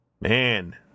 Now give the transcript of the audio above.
Man